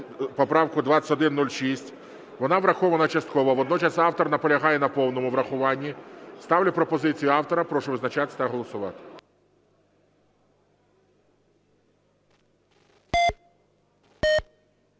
поправку 1076. Вона врахована частково. Але автор наполягає на повному врахуванні. Тому ставлю пропозицію автора. Прошу визначатися та голосувати.